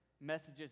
messages